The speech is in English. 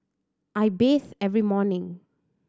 I bathe every morning